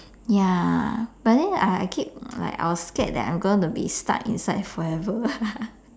ya but then I I keep like I was scared that I'm gonna be stuck inside forever